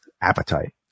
appetite